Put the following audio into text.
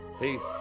Peace